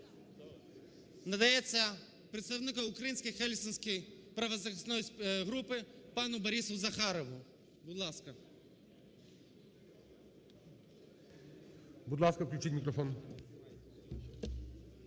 надається представнику Української Гельсінської правозахисної групи пану Борису Захарову, будь ласка. ГОЛОВУЮЧИЙ. Будь ласка, включіть мікрофон.